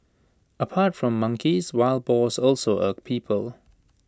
apart from monkeys wild boars also irk people